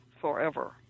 forever